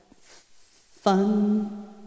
fun